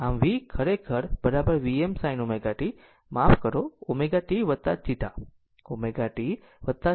આમ V ખરેખર Vm sin ω માફ કરો ω t θ ω t θ આ એક θ છે